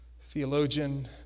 theologian